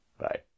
bye